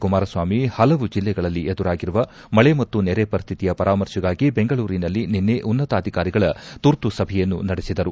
ಕುಮಾರಸ್ನಾಮಿ ಪಲವು ಜೆಲ್ಲೆಗಳಲ್ಲಿ ಎದುರಾಗಿರುವ ಮಳೆ ಮತ್ತು ನೆರೆ ಪರಿಸ್ಹಿತಿಯ ಪರಾಮರ್ಶೆಗಾಗಿ ಬೆಂಗಳೂರಿನಲ್ಲಿ ನಿನ್ನೆ ಉನ್ನತಾಧಿಕಾರಿಗಳ ತುರ್ತು ಸಭೆಯನ್ನು ನಡೆಸಿದರು